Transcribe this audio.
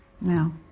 now